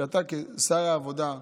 שאתה כשר העבודה,